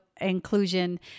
inclusion